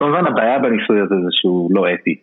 כמובן הבעיה ברישוי הזה זה שהוא לא אתי